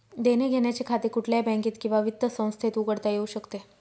देण्याघेण्याचे खाते कुठल्याही बँकेत किंवा वित्त संस्थेत उघडता येऊ शकते